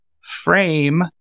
frame